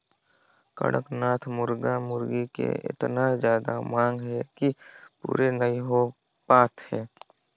कड़कनाथ मुरगा मुरगी के एतना जादा मांग हे कि पूरे नइ हो पात हे